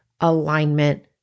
alignment